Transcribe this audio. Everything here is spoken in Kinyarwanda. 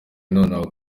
nonaha